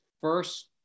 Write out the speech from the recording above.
first